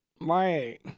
Right